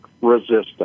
resistance